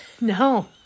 no